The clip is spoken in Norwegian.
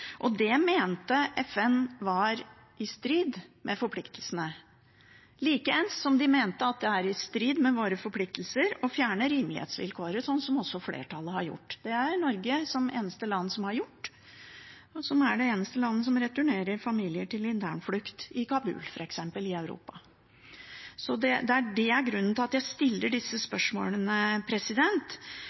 Det mente FN var i strid med forpliktelsene, likeens som de mente at det er i strid med våre forpliktelser å fjerne rimelighetsvilkåret, som også flertallet har gjort. Det er Norge det eneste landet som har gjort, og er det eneste landet i Europa som returnerer familier til internflukt i Kabul f.eks. Det er grunnen til at jeg stiller disse spørsmålene.